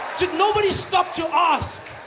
did nobody stop to ask,